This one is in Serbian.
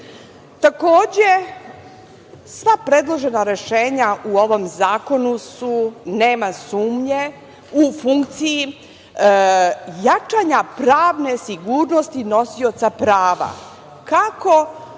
žiga. Takođe, sva predložena rešenja u ovom zakonu su, nema sumnje u funkciji jačanja pravne sigurnosti nosioca prava, kako